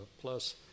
plus